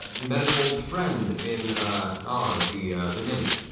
met an old friend in nala, the the nymph